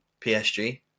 PSG